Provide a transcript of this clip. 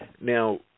Now